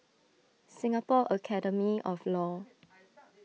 Singapore Academy of Law